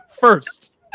first